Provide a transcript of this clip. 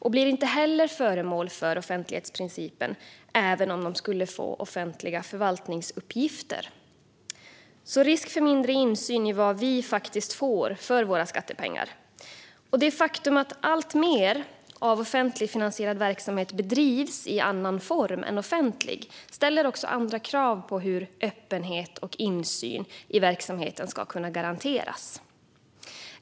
De blir inte heller föremål för offentlighetsprincipen, även om de skulle få offentliga förvaltningsuppgifter. Det finns alltså risk för mindre insyn i vad vi faktiskt får för våra skattepengar. Det faktum att alltmer av offentligt finansierad verksamhet bedrivs i annan form än offentlig ställer andra krav på hur öppenhet och insyn i verksamheten ska kunna garanteras.